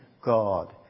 God